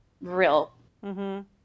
real